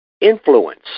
influence